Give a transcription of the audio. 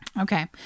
okay